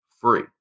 free